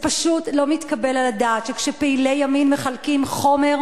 זה פשוט לא מתקבל על הדעת שכאשר פעילי ימין מחלקים חומר,